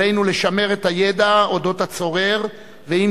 עלינו לשמר את הידע על אודות הצורר ועם